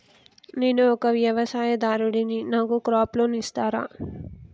నేను ఒక వ్యవసాయదారుడిని నాకు క్రాప్ లోన్ ఇస్తారా?